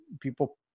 people